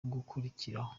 gukurikiraho